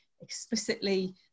explicitly